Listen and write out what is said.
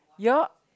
you all